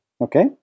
Okay